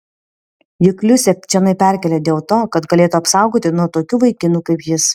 juk liusę čionai perkėlė dėl to kad galėtų apsaugoti nuo tokių vaikinų kaip jis